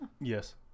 Yes